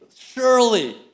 Surely